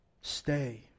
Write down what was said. Stay